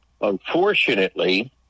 unfortunately